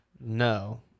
no